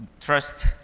trust